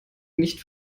nicht